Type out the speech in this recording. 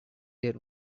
their